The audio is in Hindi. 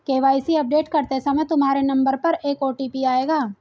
के.वाई.सी अपडेट करते समय तुम्हारे नंबर पर एक ओ.टी.पी आएगा